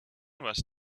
was